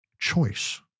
choice